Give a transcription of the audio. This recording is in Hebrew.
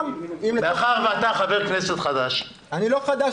גם --- מאחר שאתה חבר כנסת חדש --- אני לא חדש,